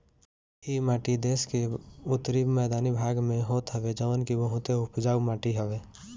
इ माटी देस के उत्तरी मैदानी भाग में होत हवे जवन की बहुते उपजाऊ माटी हवे